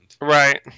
right